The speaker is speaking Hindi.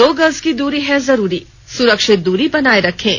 दो गज की दूरी है जरूरी सुरक्षित दूरी बनाए रखें